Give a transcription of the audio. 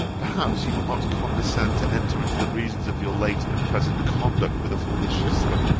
perhaps you will not condescend to enter into the reasons of your late and present conduct with a foolish sister.